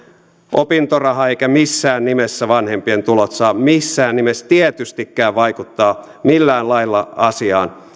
opintoraha eivätkä missään nimessä vanhempien tulot saa missään nimessä tietystikään vaikuttaa millään lailla asiaan minä